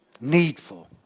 needful